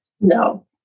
No